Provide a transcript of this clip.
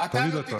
תוריד אותו.